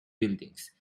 buildings